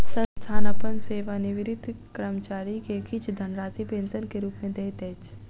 संस्थान अपन सेवानिवृत कर्मचारी के किछ धनराशि पेंशन के रूप में दैत अछि